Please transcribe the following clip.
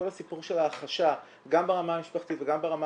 כל הסיפור של ההכחשה גם ברמה המשפחתית וגם ברמה